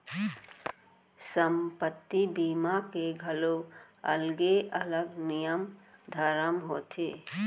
संपत्ति बीमा के घलौ अलगे अलग नियम धरम होथे